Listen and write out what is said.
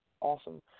Awesome